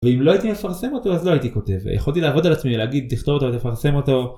ואם לא הייתי מפרסם אותו אז לא הייתי כותב, יכולתי לעבוד על עצמי להגיד תכתוב אותו תפרסם אותו